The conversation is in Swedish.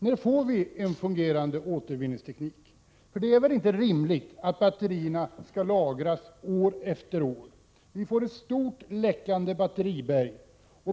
När kommer det att finnas en fungerande återvinningsteknik? Det är väl inte rimligt att batterierna skall lagras år efter år, så att det uppstår ett stort läckande batteriberg.